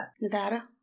Nevada